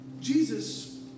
Jesus